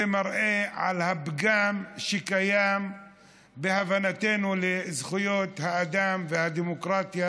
זה מראה את הפגם שקיים בהבנתנו לזכויות האדם והדמוקרטיה